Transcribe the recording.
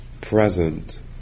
present